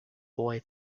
boy